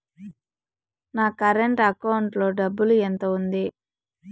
నా current account లో డబ్బులు ఎంత ఉంది?